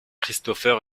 christopher